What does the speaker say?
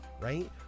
right